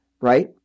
right